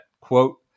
quote